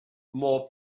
more